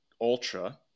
ultra